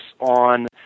on